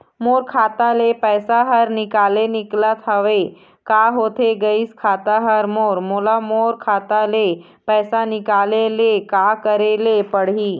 मोर खाता ले पैसा हर निकाले निकलत हवे, का होथे गइस खाता हर मोर, मोला मोर खाता ले पैसा निकाले ले का करे ले पड़ही?